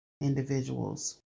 individuals